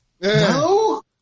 No